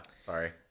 sorry